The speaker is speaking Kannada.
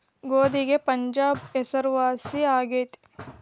ಗೋಧಿಗೆ ಪಂಜಾಬ್ ಹೆಸರುವಾಸಿ ಆಗೆತಿ